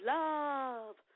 love